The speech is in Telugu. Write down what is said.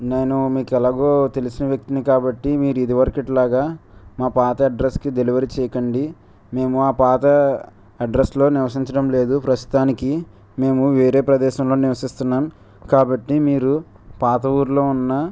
నేను మీకు ఎలాగో తెలిసిన వ్యక్తిని కాబట్టి మీరు ఇదివరకిలాగా మా పాత అడ్రస్కి డెలివరీ చేయకండి మేము ఆ పాత అడ్రస్లో నివసించడం లేదు ప్రస్తుతానికి మేము వేరే ప్రదేశంలో నివసిస్తున్నాం కాబట్టి మీరు పాత ఊళ్ళో ఉన్న